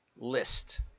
list